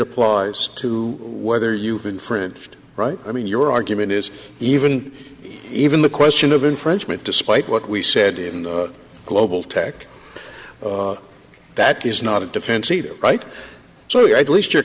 applies to whether you can friend right i mean your argument is even even the question of infringement despite what we said in the global tech that is not a defense either right so at least you're